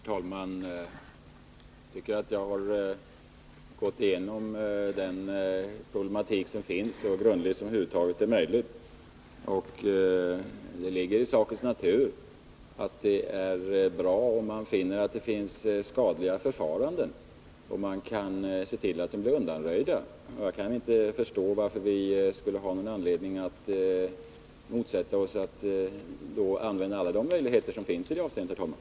Herr talman! Jag tycker att jag har gått igenom den här problematiken så grundligt som över huvud taget är möjligt. Om man finner skadliga förfaranden är det bra — det ligger i sakens natur — om man kan se till att de blir undanröjda. Jag kan inte förstå att vi skulle ha någon anledning att motsätta oss användandet av alla de möjligheter som finns i detta avseende, herr talman.